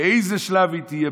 באיזה שלב היא תהיה,